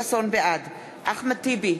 בעד אחמד טיבי,